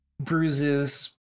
bruises